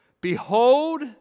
Behold